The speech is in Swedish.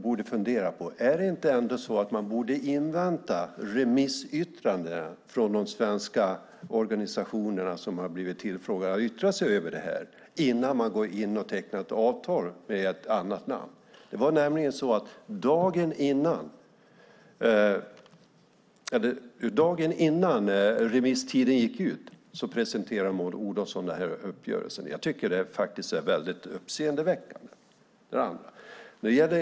Borde man inte invänta remissyttrandena från de svenska organisationer som har blivit ombedda att yttra sig innan man tecknar avtal med ett annat land? Dagen innan remisstiden gick ut presenterade Maud Olofsson nämligen uppgörelsen. Jag tycker att det är uppseendeväckande.